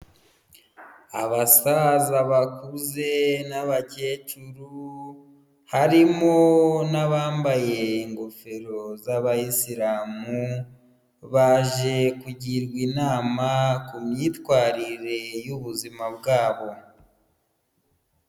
Abasaza bakuze n'abakecuru harimo n'abambaye ingofero z'abayisilamu baje kugirwa inama ku myitwarire y'ubuzima bwabo.